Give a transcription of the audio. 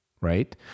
right